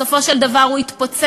בסופו של דבר הוא התפוצץ.